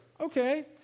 okay